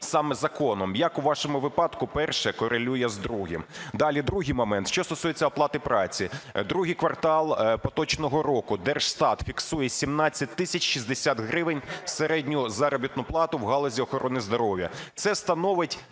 саме законом. Як у вашому випадку перше корелює з другим? Далі, другий момент, що стосується оплати праці. Другий квартал поточного року, Держстат фіксує 17 тисяч 60 гривень середню заробітну плату в галузі охорони здоров'я. Це становить